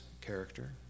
character